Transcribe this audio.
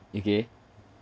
okay